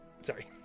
Sorry